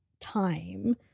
time